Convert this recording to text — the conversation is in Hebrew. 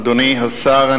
אדוני השר,